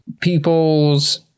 people's